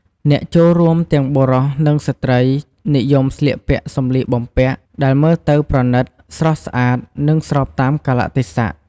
អ្នកចូលរួមទាំងបុរស និងស្ត្រី និយមស្លៀកពាក់សម្លៀកបំពាក់ដែលមើលទៅប្រណិត ស្រស់ស្អាត និងស្របតាមកាលៈទេសៈ។